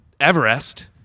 Everest